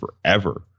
forever